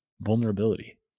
vulnerability